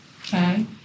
Okay